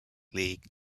league